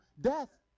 death